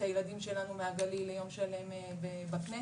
הילדים שלנו מהגליל ליום שלם בכנסת.